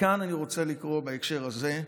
כאן אני רוצה לקרוא, בהקשר הזה,